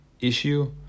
issue